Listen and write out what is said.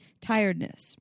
tiredness